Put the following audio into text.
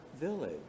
village